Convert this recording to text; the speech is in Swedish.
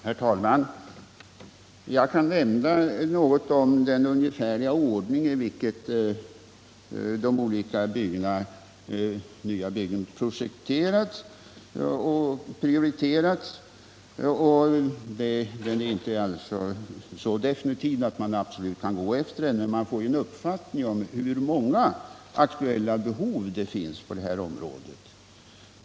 Herr talman! Jag kan nämna något om den ungefärliga ordning i vilken de olika nya byggnaderna projekterats och prioriterats. Den är inte så definitiv att man absolut kan gå efter den, men man får en uppfattning om hur många aktuella behov det finns på det här området.